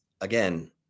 again